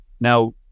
Now